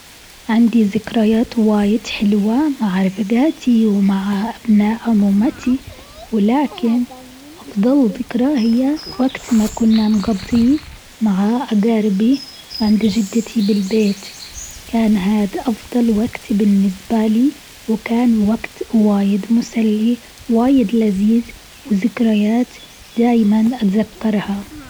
عندي ذكريات واجد حلوة مع رفيقاتي ومع أبناء عمومتي، ولكن أفضل ذكرى هي وقت ما كنا نقضيه مع أقاربي عند جدتي بالبيت، كان هاد أفضل وقت بالنسبة لي وكان وقت واجد مسلي واجد لذيذ وذكريات دايما أتذكرها.